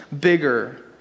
bigger